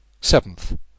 Seventh